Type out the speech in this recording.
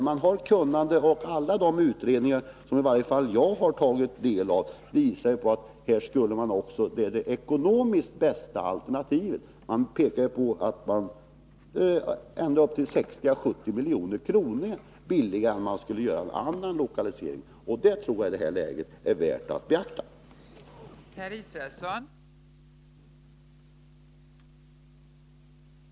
Där finns kunnande, och i varje fall de utredningar som jag har tagit del av visar att det också är det ekonomiskt bästa alternativet. Man pekar på att det skulle bli ända upp till 60-70 milj.kr. billigare än annan lokalisering. Och det tror jag är värt att beakta i detta läge.